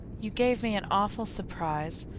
you gave me an awful surprise,